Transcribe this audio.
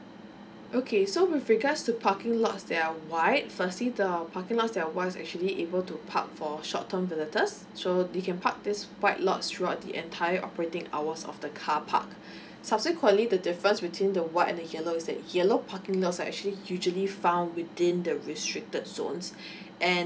okay so with regards to parking lots that are white firstly the parking lots that are white actually able to park for short term visitorst so they can park this white lots throughout the entire operating hours of the car park subsequently the difference between the white and the yellow is that yellow parking lotrs are actually usually found within the restricted zones and